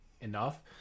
enough